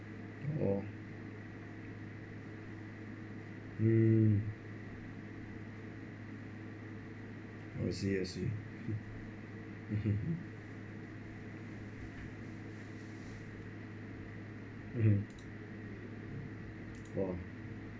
oh mm I see I see mmhmm mmhmm oh